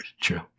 True